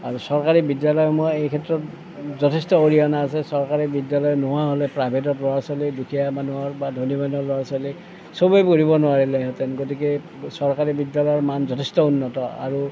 আৰু চৰকাৰী বিদ্যালয়সমূহৰ এই ক্ষেত্ৰত যথেষ্ট অৰিহণা আছে চৰকাৰী বিদ্যালয় নোহোৱা হ'লে প্ৰাইভেটত ল'ৰা ছোৱালী দুখীয়া মানুহৰ বা ধনী মানুহৰ ল'ৰা ছোৱালী চবেই পঢ়িব নোৱাৰিলেহেঁতেন গতিকে চৰকাৰী বিদ্যালয়ৰ মান যথেষ্ট উন্নত আৰু